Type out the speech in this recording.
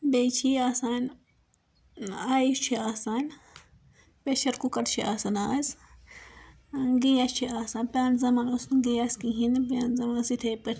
بیٚیہِ چھِ آسان آیس چھُ آسان پریشر کُکر چھُ آسان آز گیس چھُ آسان پرٛانہِ زمانہٕ اوس نہٕ گیس کہیٖنۍ پرٛانہِ زمانہٕ اوس یتھے پٲٹھۍ